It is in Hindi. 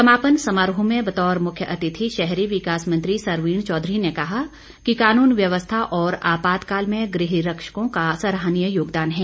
समापन समारोह में बतौर मुख्यातिथि शहरी विकास मंत्री सरवीण चौधरी ने कहा कि कानून व्यवस्था और आपातकाल में गृह रक्षकों का सराहनीय योगदान है